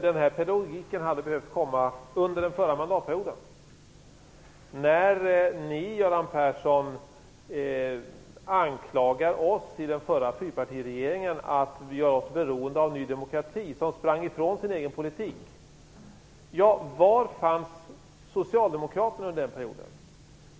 Den här pedagogiken hade behövt komma under den förra mandatperioden när ni, Göran Persson, anklagade oss i den förra fyrpartiregeringen för att göra oss beroende av Ny demokrati, som sprang ifrån sin egen politik. Var fanns socialdemokraterna under den perioden?